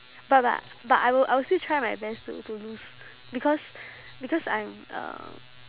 but but but I will I will still try my best to to lose because because I am um